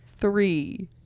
Three